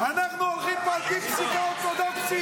אנחנו פה הולכים על פי פסיקה אורתודוקסית.